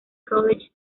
college